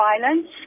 violence